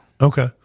Okay